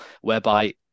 whereby